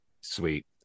Sweet